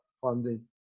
funding